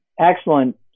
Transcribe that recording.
excellent